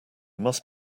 must